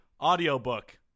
audiobook